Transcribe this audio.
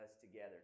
together